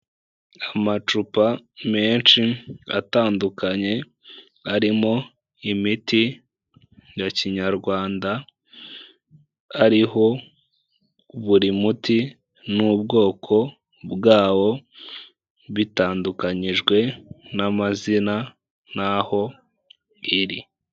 Amacupa menshi atandukanye, arimo imiti ya kinyarwanda, ariho buri muti n'ubwoko bwawo, bitandukanyijwe n'amazina n'aho iri.